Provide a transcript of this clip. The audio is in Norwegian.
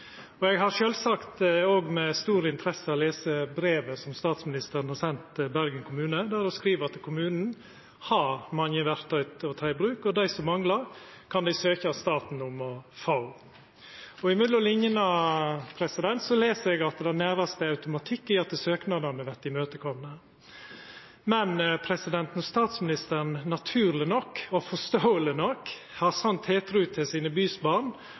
Eg har sjølvsagt også med stor interesse lese brevet som statsministeren har sendt til Bergen kommune, der ho skriv at kommunen har mange verktøy å ta i bruk, og at dei som manglar, kan dei søkja staten om å få. Mellom linjene les eg at det nærast er automatikk i at søknadene vert imøtekomne. Men når statsministeren – naturleg nok og forståeleg nok – har sånn tiltru til bysbarna sine